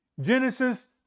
Genesis